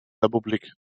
republik